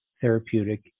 therapeutic